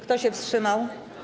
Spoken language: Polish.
Kto się wstrzymał?